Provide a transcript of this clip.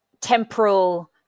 temporal